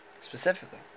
specifically